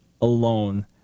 alone